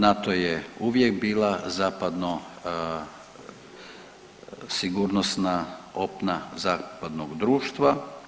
NATO je uvijek bila zapadno sigurnosna opna zapadnog društva.